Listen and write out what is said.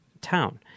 town